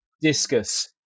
discus